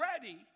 ready